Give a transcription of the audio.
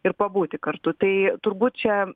ir pabūti kartu tai turbūt čia